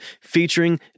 featuring